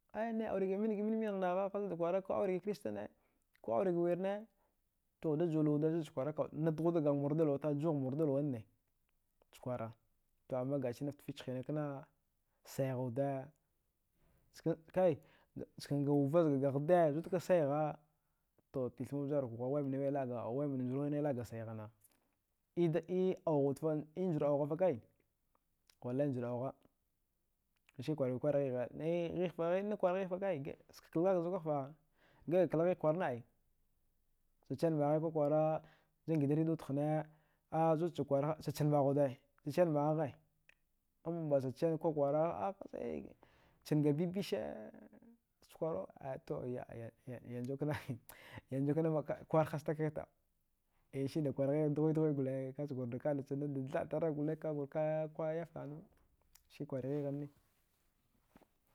Aya nai aurega minga minmin ghnagha hastada kwara ko aurega kristana ko aurega wirna to dajuwa lwawde zucha kwara, nadughudaghmur da luwata juwaghmurda lwanne chakwara, amma gasinan ftafich hina kna saigha wuda kai nchanga wuva zga ghde zudka saigha to tithma vjarnotghuwa waiminiwai laga saighana e njur aughafakai wallai njur augha skina kwarguri kwar ghigha e nakwarghighfa kai, ska klalga zukaghfa giɗga kla ghigh kwarna ai cha chaminmagha ghigh kwakwara jumgidan radio wudhne a zudchakwaha chachan maghuwude cha chaminmaghaghe ambacha chamin kwakwara changa bbc chakwara to yanzu kna yanzu kna kwar hasta kghigh kna, e sidakwar ghigh dughe-dughe gole kachgurda kada chna daida thaɗdgragh kule kagurda kada yafkaghnaya skikwari ghighanne.